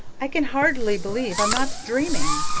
i can hardly believe i'm not dreaming.